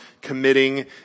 committing